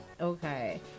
okay